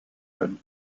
road